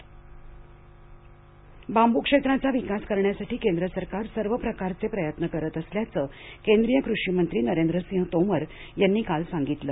कृषी बांब् बांबू क्षेत्राचा विकास करण्यासाठी केंद्र सरकार सर्व प्रकारचे प्रयत्न करत असल्याचं केंद्रीय कृषी मंत्री नरेंद्र सिंह तोमर यांनी काल सांगितलं